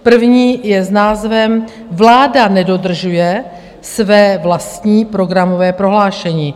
První je s názvem Vláda nedodržuje své vlastní programové prohlášení.